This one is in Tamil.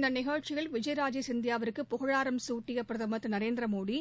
இந்த நிகழ்ச்சியில் விஜயராஜே சிந்தியாவுக்கு புகழாரம் சூட்டிய பிரதம் திரு நரேந்திரமோடி